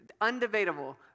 Undebatable